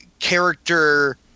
Character